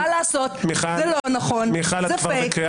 מה לעשות, זה לא נכון, זה פייק.